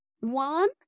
One